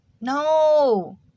No